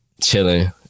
chilling